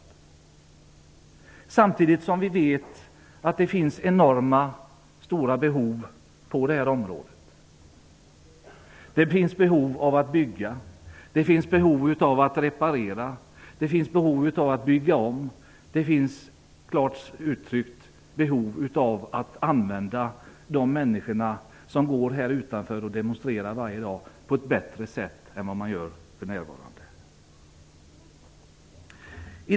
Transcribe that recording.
Men samtidigt vet vi att det finns enorma behov på det här området. Det finns behov av att bygga. Det finns behov av att reparera. Det finns behov av att bygga om. Det finns, för att uttrycka det klart, behov av att använda de människor som varje dag demonstrerar utanför detta hus på ett bättre sätt än man för närvarande gör.